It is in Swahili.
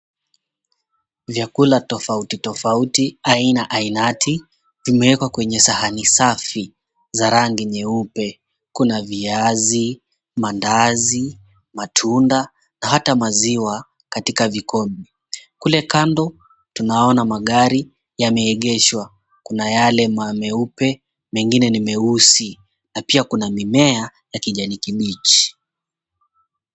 Vyakula tofauti tofauti aina ainati, vimewekwa kwenye sahani safi za rangi nyeupe, kuna viazi, maandazi, matunda na hata maziwa katika vikombe. Kule kando tunaona magari yameegeshwa, kuna yale meupe mengine ni meusi na pia kuna mimea ya kijani kibichi.